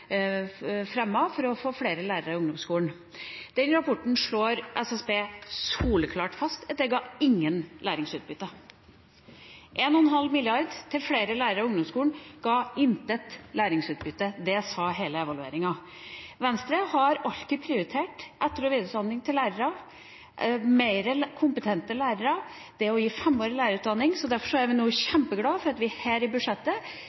om for å få flere lærere i ungdomsskolen. I den rapporten slår SSB soleklart fast at det ga intet læringsutbytte. En og en halv milliard til flere lærere i ungdomsskolen ga intet læringsutbytte, ifølge evalueringen. Venstre har alltid prioritert etter- og videreutdanning til lærere, mer kompetente lærere og å gi femårig lærerutdanning. Derfor er vi nå kjempeglad for at vi her i budsjettet